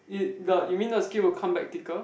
it the you mean the skin will come back thicker